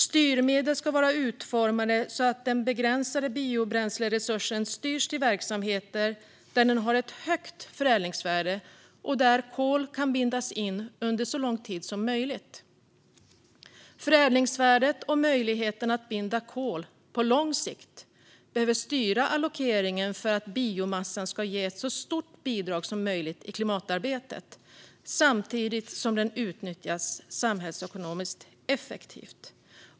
Styrmedel ska vara utformade så att den begränsade biobränsleresursen styrs till verksamheter där den har ett högt förädlingsvärde och där kol kan bindas in under så lång tid som möjligt. Förädlingsvärdet och möjligheten att binda kol på lång sikt behöver styra allokeringen för att biomassan ska ge ett så stort bidrag som möjligt i klimatarbetet, samtidigt som den utnyttjas samhällsekonomiskt effektivt.